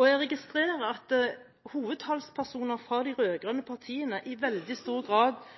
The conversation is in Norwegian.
Jeg registrerer at hovedtalspersoner fra de rød-grønne partiene i veldig stor grad